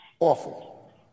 awful